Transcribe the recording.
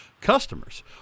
customers